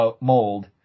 mold